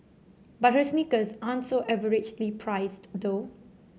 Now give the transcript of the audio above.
but her sneakers aren't so averagely priced though